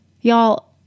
y'all